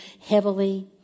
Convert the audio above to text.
heavily